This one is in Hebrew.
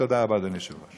תודה רבה, אדוני היושב-ראש.